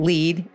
Lead